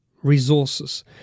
resources